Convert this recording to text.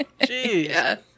Jeez